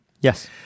Yes